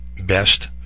best